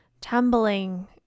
tumbling